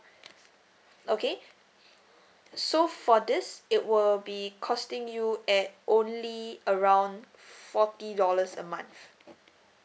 okay so for this it will be costing you at only around forty dollars a month